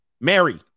Mary